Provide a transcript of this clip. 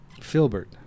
Filbert